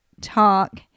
talk